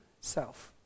self